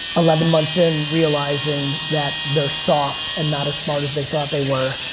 eleven months in, realizing that they're soft and not as smart as they thought they were,